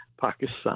Pakistan